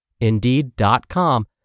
Indeed.com